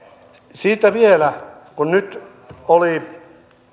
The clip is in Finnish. siitä vielä kun nyt oli